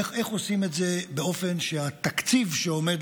איך עושים את זה באופן שהתקציב שעומד